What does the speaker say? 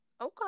okay